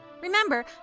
Remember